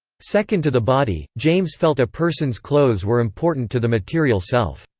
second to the body, james felt a person's clothes were important to the material self.